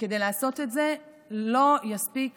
וכדי לעשות את זה לא יספיק